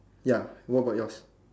ya what about yours